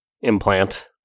implant